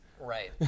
right